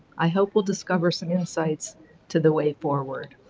i hope we'll discover some insights to the way forward.